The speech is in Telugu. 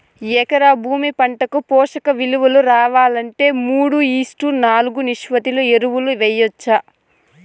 ఎకరా భూమి పంటకు పోషక విలువలు రావాలంటే మూడు ఈష్ట్ నాలుగు నిష్పత్తిలో ఎరువులు వేయచ్చా?